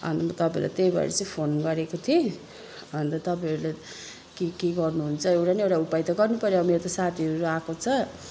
अनि म तपाईँलाई त्यही भएर चाहिँ फोन गरेको थिएँ अनि त तपाईँहरूले के के गर्नु हुन्छ एउटा न एउटा उपाय त गर्नु पऱ्यो अब मेरो त साथीहरू आएको छ